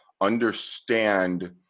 understand